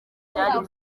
byari